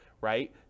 right